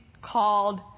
called